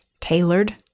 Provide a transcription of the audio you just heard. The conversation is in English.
tailored